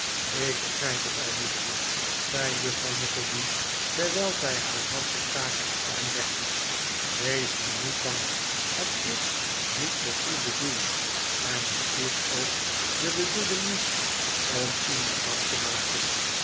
ik begrijp het al liefje zei juffrouw nickleby terwijl zij haar hand op kaatje's arm legde wees maar niet bang het is niet voor u bedoeld en het is ook de bedoeling niet om iemand bang te maken